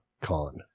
Con